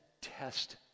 test